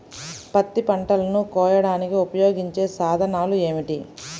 పత్తి పంటలను కోయడానికి ఉపయోగించే సాధనాలు ఏమిటీ?